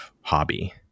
hobby